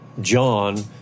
John